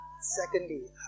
Secondly